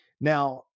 now